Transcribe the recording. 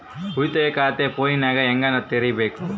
ಉಳಿತಾಯ ಖಾತೆ ಫೋನಿನಾಗ ಹೆಂಗ ತೆರಿಬೇಕು?